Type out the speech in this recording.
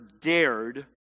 dared